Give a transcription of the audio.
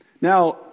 Now